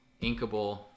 inkable